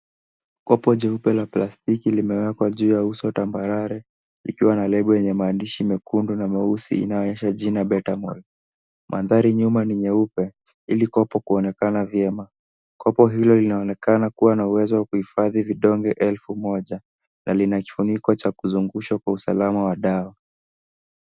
Kopo jeupe la plastiki limewekwa juu ya uso tambarare likiwa na lebo yenye maandishi mekundu na meusi inayoonyesha jina betamol. Mandhari nyuma ni nyeupe ili kopo kuonekana vyema. Kopo hilo linaonekana kuwa na uwezo wa kuhifadhi vidonge elfu moja, na lina kifuniko cha kuzungushwa kwa usalama wa dawa.